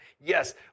Yes